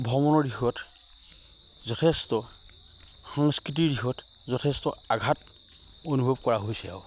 ভ্ৰমণৰ দিশত যথেষ্ট সংস্কৃতিৰ দিশত যথেষ্ট আঘাত অনুভৱ কৰা হৈছে আৰু